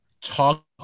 talk